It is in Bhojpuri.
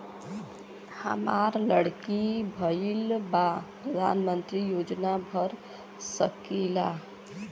हमार लड़की भईल बा प्रधानमंत्री योजना भर सकीला?